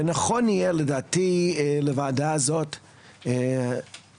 ונכון יהיה לדעתי לוועדה זאת לשמוע,